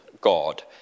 God